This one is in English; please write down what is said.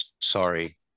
sorry